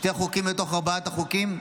שני החוקים מתוך ארבעת החוקים,